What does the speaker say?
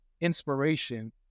inspiration